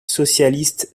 socialiste